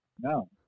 No